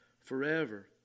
forever